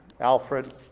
Alfred